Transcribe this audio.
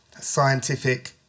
scientific